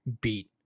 beat